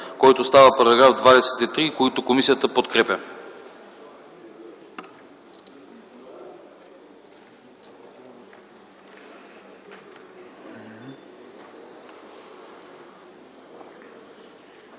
който става § 23, които комисията подкрепя.